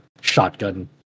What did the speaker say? shotgun